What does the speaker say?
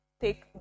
take